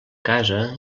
casa